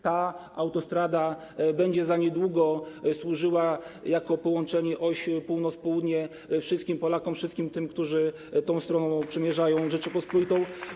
Ta autostrada będzie niedługo służyła jako połączenie osi północ - południe wszystkim Polakom, wszystkim tym, którzy tą autostradą przemierzają Rzeczpospolitą.